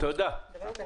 תודה.